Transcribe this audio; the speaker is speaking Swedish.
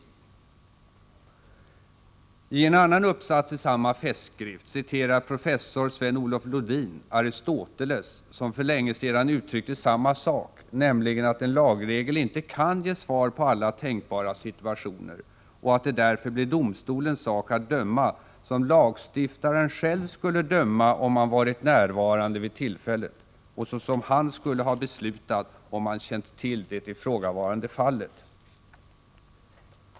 I en annan uppsats i samma festskrift citerar professor Sven-Olof Lodin Aristoteles, som för länge sedan uttryckte samma sak, nämligen att en lagregel inte kan ge svar på alla tänkbara situationer och att det därför blir domstolens sak att döma som lagstiftaren själv skulle döma, om han varit närvarande vid tillfället, och så som han skulle ha beslutat, om han känt till det ifrågavarande fallet.